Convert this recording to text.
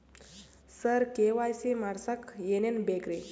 ಸರ KYC ಮಾಡಸಕ್ಕ ಎನೆನ ಬೇಕ್ರಿ?